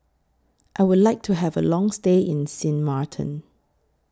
I Would like to Have A Long stay in Sint Maarten